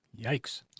Yikes